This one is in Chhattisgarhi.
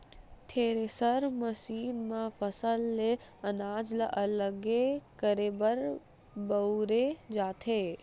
थेरेसर मसीन म फसल ले अनाज ल अलगे करे बर बउरे जाथे